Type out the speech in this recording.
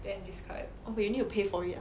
oh you need to pay for it ah